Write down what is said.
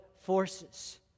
forces